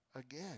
again